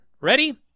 Ready